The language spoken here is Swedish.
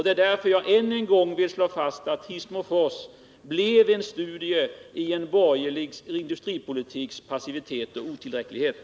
Det är därför jag än en gång vill slå fast att Hissmofors blev en studie i en borgerlig industripolitiks passivitet och otillräcklighet.